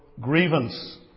grievance